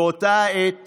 באותה העת